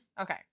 Okay